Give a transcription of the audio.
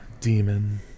demon